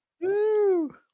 Woo